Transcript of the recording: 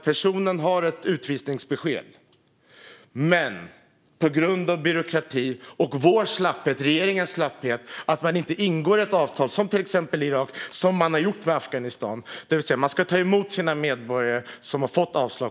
Personen har ett utvisningsbesked men kan inte utvisas på grund av byråkrati och regeringens slapphet eftersom man inte har ingått ett avtal med till exempel Irak, vilket man har gjort med Afghanistan, om att landet ska ta emot de medborgare som har fått avslag.